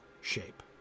shape